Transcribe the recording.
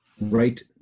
right